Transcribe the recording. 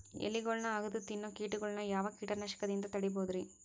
ಎಲಿಗೊಳ್ನ ಅಗದು ತಿನ್ನೋ ಕೇಟಗೊಳ್ನ ಯಾವ ಕೇಟನಾಶಕದಿಂದ ತಡಿಬೋದ್ ರಿ?